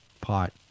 pot